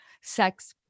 Sex